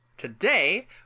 Today